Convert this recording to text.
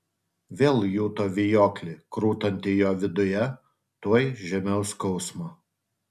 vėl juto vijoklį krutantį jo viduje tuoj žemiau skausmo